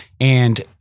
And-